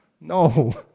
No